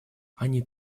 они